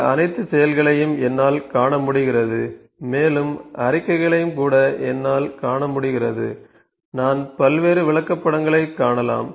இந்த அனைத்து செயல்களையும் என்னால் காண முடிகிறது மேலும் அறிக்கைகளையும் கூட என்னால் காண முடிகிறது நான் பல்வேறு விளக்கப்படங்களைக் காணலாம்